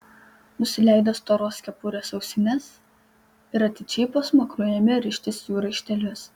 nusileido storos kepurės ausines ir atidžiai po smakru ėmė rištis jų raištelius